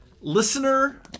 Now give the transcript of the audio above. listener